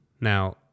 Now